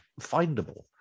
findable